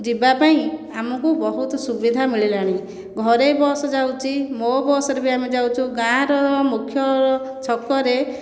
ଯିବା ପାଇଁ ଆମକୁ ବହୁତ ସୁବିଧା ମିଳିଲାଣି ଘରୋଇ ବସ ଯାଉଛି ମୋ ବସରେ ବି ଆମେ ଯାଉଛୁ ଗାଁର ମୁଖ୍ୟ ଛକରେ